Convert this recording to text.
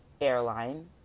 airline